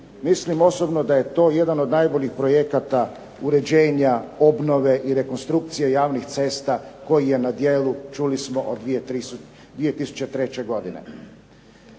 Mislim osobno da je to jedan od najboljih projekata uređenja, obnove i rekonstrukcije javnih cesta koji je na djelu, čuli smo, od 2003. godine.